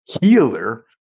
healer